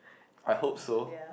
I hope so